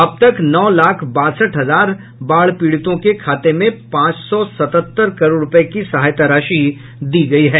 अब तक नौ लाख बासठ हजार बाढ़ पीड़ितों के खाते में पांच सौ सतहत्तर करोड़ रूपये की सहायता राशि दी गयी है